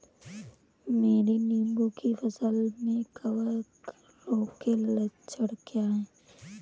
मेरी नींबू की फसल में कवक रोग के लक्षण क्या है?